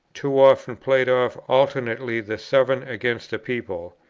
too often played off alternately the sovereign against the people,